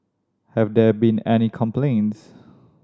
have there been any complaints